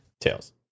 Tails